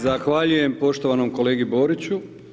Zahvaljujem poštovanom kolegi Boriću.